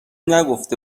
نگفته